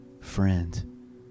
friend